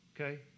okay